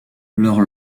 leur